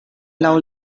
laŭ